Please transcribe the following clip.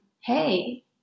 hey